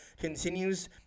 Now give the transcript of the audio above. continues